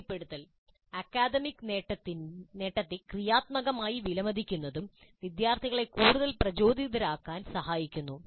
ശക്തിപ്പെടുത്തൽ അക്കാദമിക് നേട്ടത്തെ ക്രിയാത്മകമായി വിലമതിക്കുന്നതും വിദ്യാർത്ഥികളെ കൂടുതൽ പ്രചോദിതരാക്കാൻ സഹായിക്കുന്നു